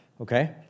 okay